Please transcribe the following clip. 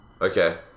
Okay